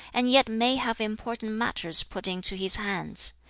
and yet may have important matters put into his hands.